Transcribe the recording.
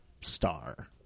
star